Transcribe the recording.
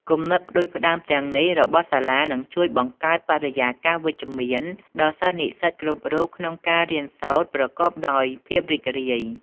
គំនិតផ្តួចផ្តើមទាំងនេះរបស់សាលានឹងជួយបង្កើតបរិយាកាសវិជ្ជមានដល់សិស្សនិស្សិតគ្រប់រូបក្នុងការរៀនសូត្រប្រកបដោយភាពរីករាយ។